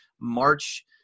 March